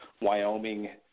Wyoming